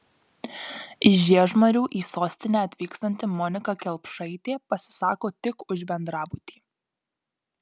iš žiežmarių į sostinę atvykstanti monika kelpšaitė pasisako tik už bendrabutį